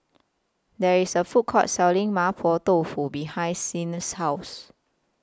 There IS A Food Court Selling Mapo Dofu behind Siena's House